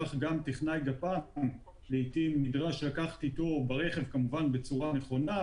כך גם טכנאי גפ"מ נדרש לקחת איתו ברכב - כמובן בצורה נכונה,